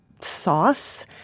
sauce